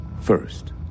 First